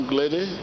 lady